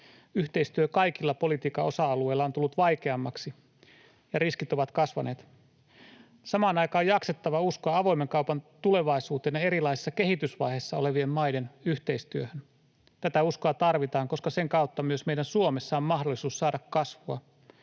Yhteistyö kaikilla politiikan osa-alueilla on tullut vaikeammaksi, ja riskit ovat kasvaneet. Samaan aikaan on jaksettava uskoa avoimen kaupan tulevaisuuteen ja erilaisissa kehitysvaiheissa olevien maiden yhteistyöhön. Tätä uskoa tarvitaan, koska sen kautta myös meillä Suomessa on mahdollisuus saada kasvua